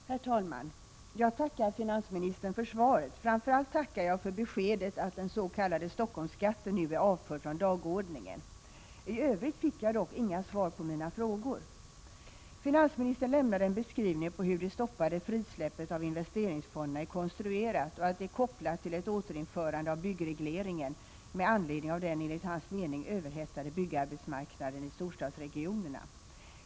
Prot. 1986/87:49 Herr talman! Jag tackar finansministern för svaret. Framför allt tackar jag — 15 december 1986 för beskedet att den s.k. Stockholmsskatten nu är avförd från dagordningen. SNS Ä : Om investeri - I övrigt fick jag dock inga svar på mina frågor. ngsfon : I E SA NR dernas betydelse för Finansministern lämnade en beskrivning på hur det stoppade frisläppet av SEE é 3 - SR näringslivet i storstadsinvesteringsfonderna är konstruerat och kopplat till ett återinförande av E regionerna byggregleringen med anledning av den enligt hans mening överhettade byggarbetsmarknaden i storstadsregionerna.